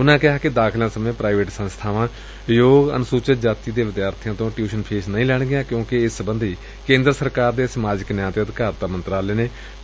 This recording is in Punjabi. ਉਨੂਾਂ ਕਿਹਾ ਕਿ ਦਾਖਲਿਆਂ ਸਮੇਂ ਪ੍ਰਾਈਵੇਟ ਸੰਸਬਾਵਾਂ ਯੋਗ ਅਨੁਸੁਚਿਤ ਜਾਤੀ ਵਿਦਿਆਰਥੀਆਂ ਤੋਂ ਟਿਊਸ਼ਨ ਫੀਸ ਨਹੀਂ ਲੈਣਗੀਆਂ ਕਿਉਂਕਿ ਇਸ ਸਬੰਧੀ ਕੇਂਦਰ ਸਰਕਾਰ ਦੇ ਸਮਾਜਿਕ ਨਿਆਂ ਤੇ ਅਧਿਕਾਰਤਾ ਮੰਤਰਾਲੇ ਨੇ ਫੀਸ ਲੈਣ ਸਬੰਧੀ